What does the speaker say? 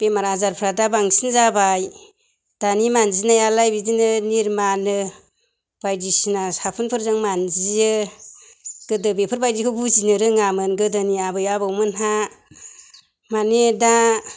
बेमार आजारफोरा दा बांसिन जाबाय दानि मान्जिनायालाय बिदिनो निर्मानो बायदिसिना साबोनफोरजों मान्जियो गोदो बेफोर बायदिखौ बुजिनो रोङामोन गोदोनि आबै आबौमोनहा माने दा